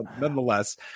nonetheless